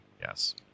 Yes